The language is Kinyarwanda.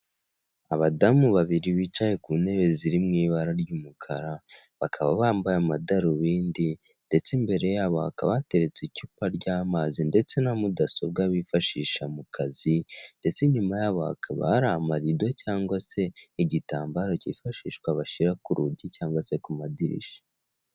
Abadamu babiri bicaye ku ntebe ziri mw'ibara ry'umukara, bakaba bambaye amadarubindi, ndetse imbere yabo hakaba hateretse icupa ry'amazi ndetse na mudasobwa bifashisha mu kazi, ndetse inyuma yabo hakaba hari amarido cyangwa se igitambaro cyifashishwa bashyira ku rugi cyangwa se ku madirishya.